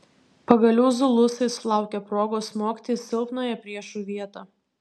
pagaliau zulusai sulaukė progos smogti į silpnąją priešų vietą